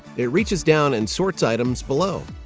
it reaches down and sorts items below.